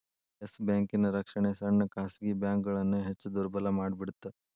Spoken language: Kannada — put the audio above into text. ಎಸ್ ಬ್ಯಾಂಕಿನ್ ರಕ್ಷಣೆ ಸಣ್ಣ ಖಾಸಗಿ ಬ್ಯಾಂಕ್ಗಳನ್ನ ಹೆಚ್ ದುರ್ಬಲಮಾಡಿಬಿಡ್ತ್